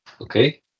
Okay